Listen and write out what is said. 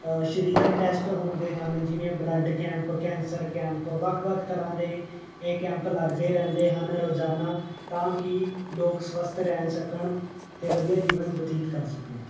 ਸਰੀਰਕ ਟੈਸਟ ਹੁੰਦੇ ਹਨ ਜਿਵੇਂ ਬਲੱਡ ਕੈਂਪ ਕੈਂਸਰ ਕੈਂਪ ਵੱਖ ਵੱਖ ਤਰ੍ਹਾਂ ਦੇ ਇਹ ਕੈਂਪ ਲੱਗਦੇ ਰਹਿੰਦੇ ਹਨ ਰੋਜ਼ਾਨਾ ਤਾਂ ਕਿ ਲੋਕ ਸਵੱਸਥ ਰਹਿ ਸਕਣ ਅਤੇ ਵਧੀਆ ਜੀਵਨ ਬਤੀਤ ਕਰ ਸਕਣ